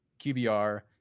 QBR